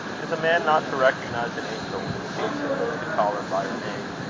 is a man not to recognize an angel when he sees her, and to call her by her name?